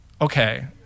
okay